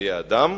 בחיי אדם,